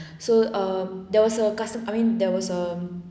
so err there was a customer I mean there was a